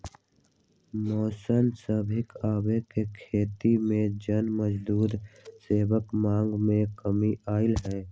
machine सभके आबे से खेती के जन मजदूर सभके मांग में कमी अलै ह